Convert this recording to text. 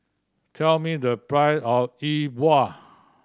tell me the price of E Bua